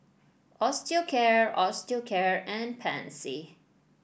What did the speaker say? Osteocare Osteocare and Pansy